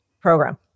program